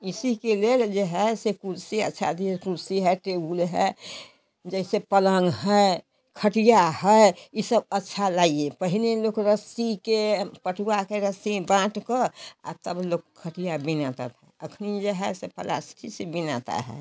इसी के लिए ये है जैसे कुर्सी अच्छा दिए कुर्सी है टेबुल है जैसे पलंग है खटिया है ये सब अच्छा लाइए पहले इन लोग के रस्सी के पटुआ के रस्सी में बाँध को तब उन लोग खटिया बिनाता था अखनी जो है से पलास्टिक से बिनाता है